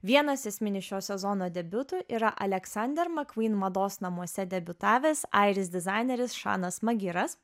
vienas esminis šio sezono debiutų yra aleksander mcqueen mados namuose debiutavęs airis dizaineris žanas magiras